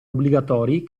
obbligatori